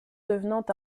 devenant